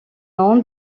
nom